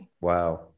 Wow